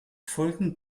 folgten